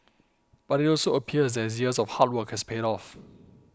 but it also appears that his years of hard work has paid off